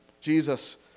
Jesus